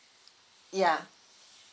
yeah